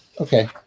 Okay